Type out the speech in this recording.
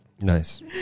nice